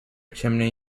chimney